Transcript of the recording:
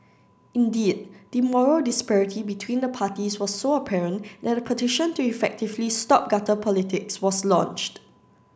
indeed the moral disparity between the parties was so apparent that a petition to effectively stop gutter politics was launched